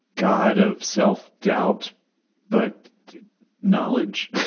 god of self-doubt but knowledge?